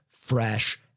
fresh